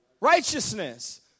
righteousness